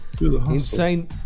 insane